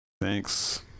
Thanks